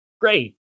great